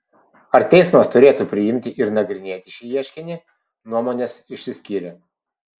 ar teismas turėtų priimti ir nagrinėti šį ieškinį nuomonės išsiskyrė